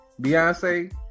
Beyonce